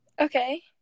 Okay